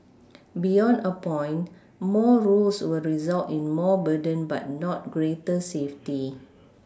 beyond a point more rules will result in more burden but not greater safety